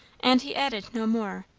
and he added no more,